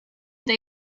they